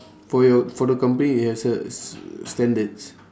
for your for the company it has a s~ standards